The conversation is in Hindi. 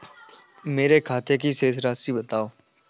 मेरे खाते की शेष राशि बताओ?